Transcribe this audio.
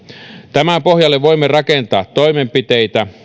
tämän pohjalle voimme rakentaa toimenpiteitä